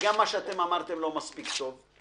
וגם מה שאתם אמרתם לא מספיק טוב.